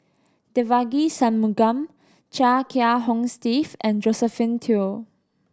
Devagi Sanmugam Chia Kiah Hong Steve and Josephine Teo